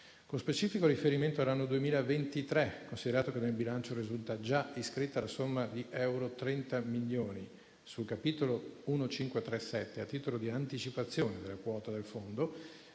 Con specifico riferimento all'anno 2023, considerato che nel bilancio risulta già iscritta la somma di 30 milioni di euro sul capitolo 1537, a titolo di anticipazione della quota del fondo